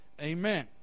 Amen